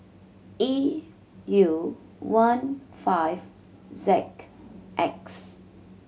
E U one five Z X